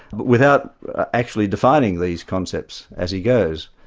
but without actually defining these concepts as he goes.